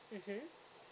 mmhmm